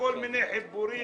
אומרים חשמל - מתייקר,